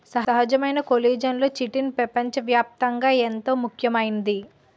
సహజమైన కొల్లిజన్లలో చిటిన్ పెపంచ వ్యాప్తంగా ఎంతో ముఖ్యమైంది